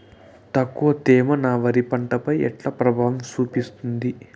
తక్కువ తేమ నా వరి పంట పై ఎట్లా ప్రభావం చూపిస్తుంది?